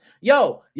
yo